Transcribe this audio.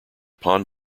pond